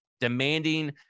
demanding